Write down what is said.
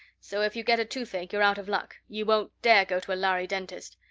so if you get a toothache you're out of luck you won't dare go to a lhari dentist.